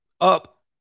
Up